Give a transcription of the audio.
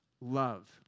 love